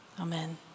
amen